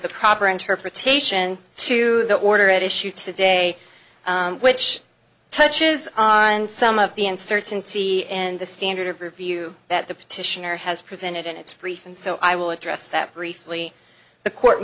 the proper interpretation to the order at issue today which touches on some of the uncertainty and the standard of review that the petitioner has presented in its brief and so i will address that briefly the court